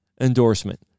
endorsement